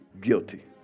guilty